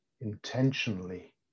intentionally